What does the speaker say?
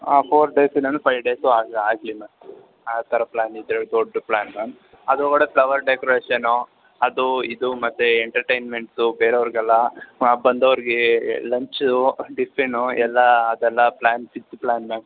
ಹಾಂ four days ಇಲ್ಲಂದರೆ five days ಆದರೆ ಆಗಲಿ ಆ ಥರ ಪ್ಲಾನ್ ಇದ್ದರೆ ದೊಡ್ಡ ಪ್ಲಾನ್ ಮ್ಯಾಮ್ ಅದ್ರ ಒಳಗಡೆ ಫ್ಲವರ್ ಡೆಕೋರೇಷನು ಅದು ಇದು ಮತ್ತೆ ಎಂಟರ್ಟೇನ್ಮೆಂಟ್ಸು ಬೇರೆಯವ್ರಿಗೆಲ್ಲ ಬಂದವ್ರಿಗೆ ಲಂಚು ಟಿಫಿನು ಎಲ್ಲ ಅದೆಲ್ಲ ಪ್ಲಾನ್ ಚಿಕ್ಕ ಪ್ಲಾನ್ ಮ್ಯಾಮ್